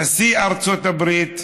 נשיא ארצות הברית,